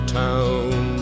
town